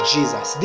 Jesus